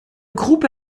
groupe